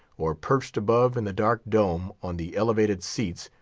or perched above in the dark dome, on the elevated seats,